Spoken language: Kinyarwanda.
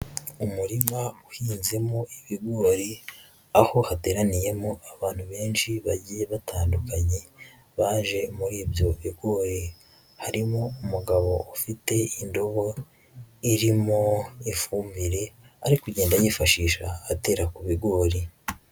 Umurima uhinzemo ibigori aho hateraniyemo abantu benshi bagiye batandukanye baje muri ibyo bigori, harimo umugabo ufite indobo irimo ifumbire ari kugenda yifashisha atera kubigori.